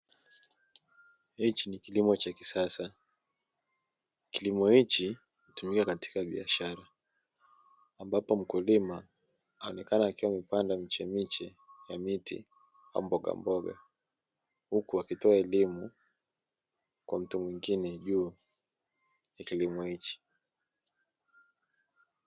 Hichi ni kilimo cha kisasa. Kilimo hichi hutumika katika biashara ambapo mkulima anaonekana akiwa amepanda michemiche ya miti ya mbogamboga, huku akitoa elimu kwa mtu mwingine juu ya kilimo hichi.